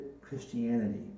Christianity